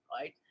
right